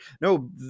No